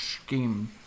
scheme